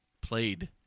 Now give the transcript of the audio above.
Played